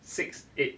six eight